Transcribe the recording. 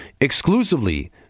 exclusively